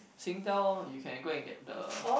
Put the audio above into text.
Singtel you can go and get the